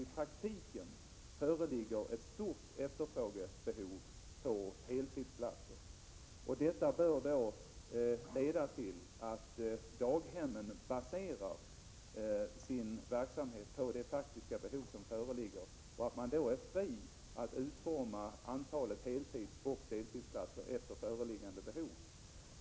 I praktiken föreligger alltså otvetydigt ett stort behov av heltidsplatser. Detta bör leda till att daghemmen baserar sin verksamhet på de faktiskt föreliggande behoven och är fria att dimensionera antalet heltidsoch deltidsplatser efter föreliggande behov.